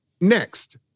Next